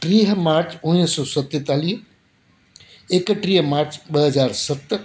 टीह मार्च उणिवीह सौ सतेतालीह एकटीह मार्च ॿ हज़ार सत